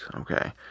Okay